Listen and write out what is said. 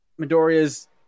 Midoriya's